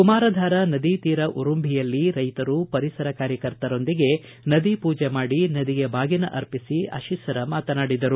ಕುಮಾರಧಾರಾ ನದೀ ತೀರ ಉರುಂಭಿಯಲ್ಲಿ ಕೈತರು ಪರಿಸರ ಕಾರ್ಯಕರ್ತರೊಂದಿಗೆ ನದೀ ಪೂಜೆ ಮಾಡಿ ನದಿಗೆ ಬಾಗಿನ ಅರ್ಪಿಸಿ ಅಶಿಸರ ಮಾತನಾಡಿದರು